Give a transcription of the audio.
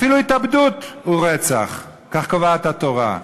אפילו התאבדות היא רצח, כך קובעת התורה.